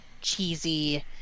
cheesy